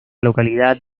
localidad